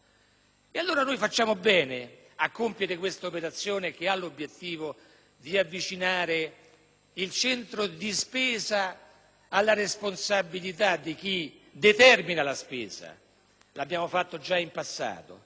Allora, noi facciamo bene a compiere questa operazione che ha l'obiettivo di avvicinare il centro di spesa alla responsabilità di chi determina la spesa. Lo abbiamo fatto già in passato,